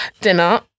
dinner